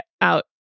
out